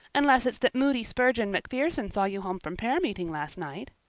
unless it's that moody spurgeon macpherson saw you home from prayer meeting last night.